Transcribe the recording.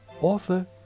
author